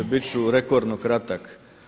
Bit ću rekordno kratak.